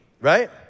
right